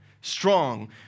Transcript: strong